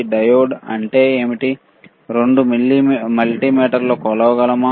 మనకు డయోడ్ ఉంటే 2 మల్టీమీటర్లతో కొలవగలమా